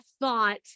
thought